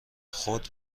خود